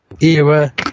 era